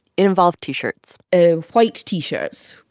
it involved t-shirts ah white t-shirts.